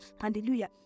Hallelujah